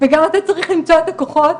וגם אתה צריך למצוא את הכוחות